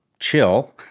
Chill